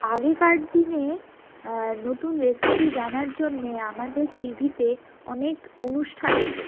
আগেকার দিনে নতুন রেসিপি জানার জন্যে আমাদের টিভিতে অনেক অনুষ্ঠান হতো